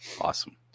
Awesome